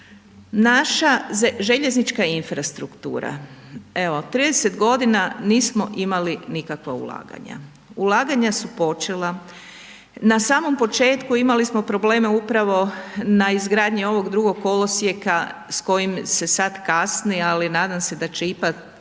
Naša željeznička infrastruktura, evo 30 godina nismo imali nikakva ulaganja, ulaganja su počela, na samom početku imali smo probleme upravo na izgradnji ovog drugog kolosijeka s kojim se sad kasni, ali nadam se da će ipak